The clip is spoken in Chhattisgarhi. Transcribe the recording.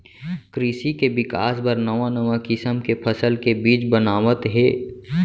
कृसि के बिकास बर नवा नवा किसम के फसल के बीज बनावत हें